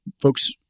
folks